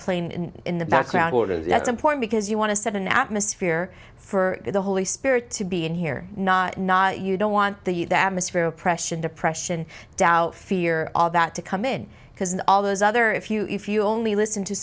plane in the background orders at some point because you want to set an atmosphere for the holy spirit to be in here not not you don't want the atmosphere oppression depression doubt fear all that to come in because all those other if you if you only listen to